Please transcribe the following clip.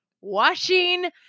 washing